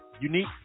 unique